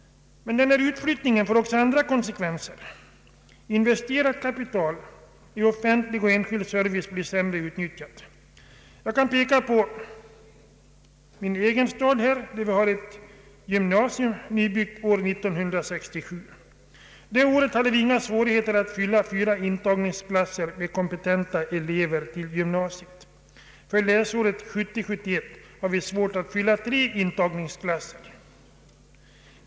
Utflyttningen för också med sig andra konsekvenser. Investerat kapital i offentlig och enskild service blir sämre utnyttjat. Jag kan peka på min egen hemstad, där vi har ett gymnasium som byggdes 1967. Det året hade vi inga svårigheter att fylla fyra intagningsklasser med kompetenta elever. För läsåret 1970/71 har vi svårt att fylla tre intagningsklasser.